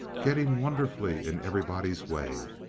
getting wonderfully in everybody's way.